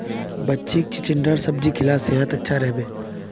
बच्चीक चिचिण्डार सब्जी खिला सेहद अच्छा रह बे